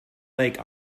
lake